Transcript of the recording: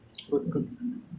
that's why they are